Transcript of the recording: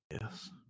yes